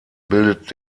bildet